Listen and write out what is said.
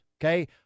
Okay